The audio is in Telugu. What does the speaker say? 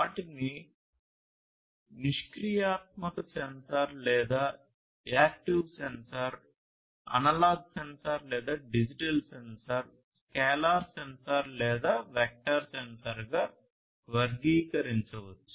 వాటిని నిష్క్రియాత్మక సెన్సార్ లేదా యాక్టివ్ సెన్సార్ అనలాగ్ సెన్సార్ లేదా డిజిటల్ సెన్సార్ స్కేలార్ సెన్సార్ లేదా వెక్టర్ సెన్సార్గా వర్గీకరించవచ్చు